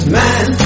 man